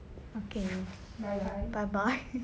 okay bye bye